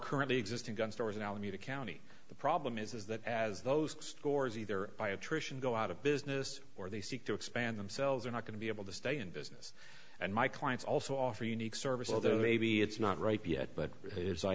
currently existing gun stores in alameda county the problem is that as those stores either by attrition go out of business or they seek to expand themselves are not going to be able to stay in business and my clients also offer unique service although maybe it's not ripe yet but